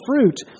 fruit